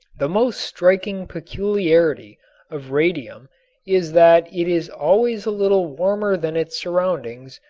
the most striking peculiarity of radium is that it is always a little warmer than its surroundings,